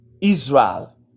israel